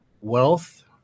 wealth